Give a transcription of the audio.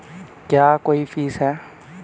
क्या कोई फीस है?